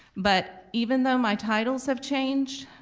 but even though my titles have changed,